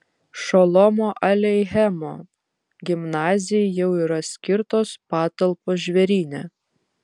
šolomo aleichemo gimnazijai jau yra skirtos patalpos žvėryne